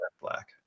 black